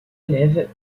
élève